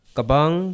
Kabang